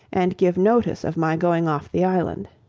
and give notice of my going off the island.